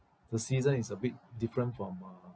the season is a bit different from uh